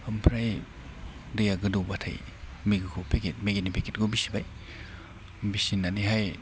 ओमफ्राय दैआ गोदौब्लाथाय मेगिखौ पेकेट मेगिनि पेकेटखौ बिसिबाय बिसिनानैहाय